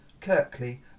Kirkley